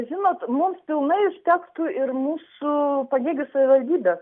žinot mums pilnai užtektų ir mūsų pagėgių savivaldybės